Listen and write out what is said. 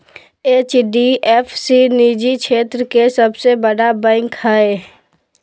HDF सी निजी क्षेत्र के सबसे बड़ा बैंक हय